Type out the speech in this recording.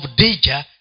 danger